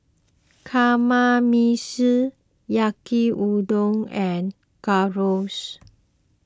Kamameshi Yaki Udon and Gyros